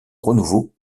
renouveau